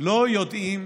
לא יודעים